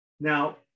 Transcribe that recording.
Now